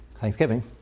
Thanksgiving